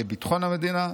לביטחון המדינה,